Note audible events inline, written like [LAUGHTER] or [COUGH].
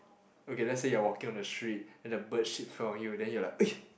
okay let's say you are walking on the street then the bird shit fell on you then you are like [NOISE]